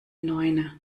neune